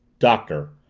doctor,